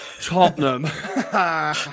Tottenham